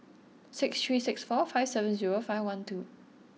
six three six four five seven zero five one two